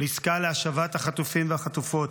לעסקה להשבת החטופים והחטופות.